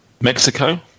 Mexico